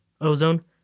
Ozone